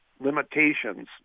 limitations